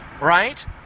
right